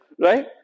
Right